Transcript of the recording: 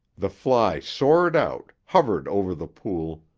the fly soared out, hovered over the pool,